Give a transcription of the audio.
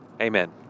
Amen